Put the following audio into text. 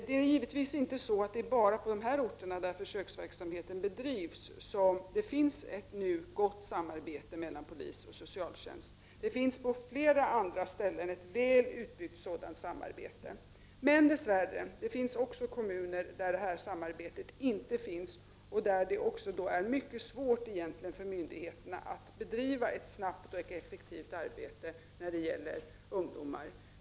Det är givetvis inte bara på de orter där försöksverksamheten bedrivs som det nu finns ett gott samarbete mellan polis och socialtjänst. Det finns på flera andra ställen ett väl utbyggt samarbete. Dess värre, det finns också kommuner där detta samarbete inte finns och där det är mycket svårt för myndigheterna att agera snabbt och effektivt beträffande ungdomar.